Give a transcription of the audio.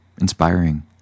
inspiring